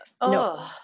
no